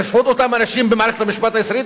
לשפוט את אותם אנשים במערכת המשפט הישראלית,